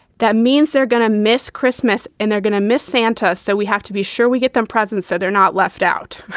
that means they're going to miss christmas and they're gonna miss santa. so we have to be sure we get them presents so they're not left out